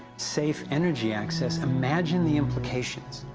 safe energy access, imagine the implications!